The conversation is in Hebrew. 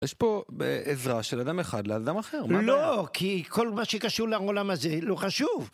יש פה עזרה של אדם אחד לאדם אחר. לא, כי כל מה שקשור לעולם הזה לא חשוב.